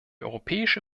europäische